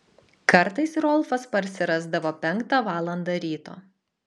kartais rolfas parsirasdavo penktą valandą ryto